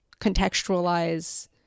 contextualize